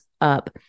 up